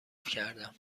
کردم